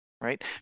right